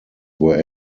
were